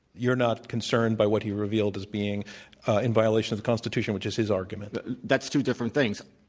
you're not concerned by what he revealed as being in violation of the constitution, which is his argument. that's two different things.